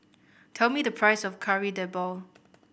tell me the price of Kari Debal